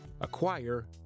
acquire